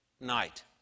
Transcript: night